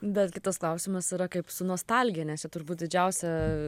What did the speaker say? betgi tas klausimas yra kaip su nostalgija nes turbūt didžiausia